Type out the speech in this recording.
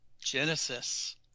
Genesis